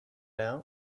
out